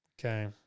Okay